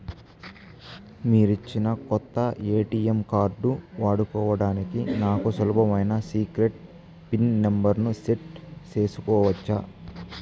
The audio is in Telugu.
మీరిచ్చిన కొత్త ఎ.టి.ఎం కార్డు వాడుకోవడానికి నాకు సులభమైన సీక్రెట్ పిన్ నెంబర్ ను సెట్ సేసుకోవచ్చా?